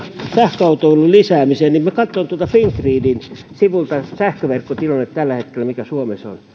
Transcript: sähköautoilun lisäämiseen niin minä katsoin fingridin sivuilta mikä sähköverkkotilanne tällä hetkellä suomessa on